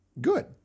good